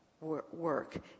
work